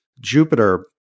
Jupiter